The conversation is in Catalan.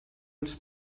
els